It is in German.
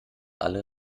alle